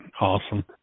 Awesome